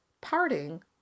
parting